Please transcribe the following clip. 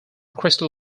crystal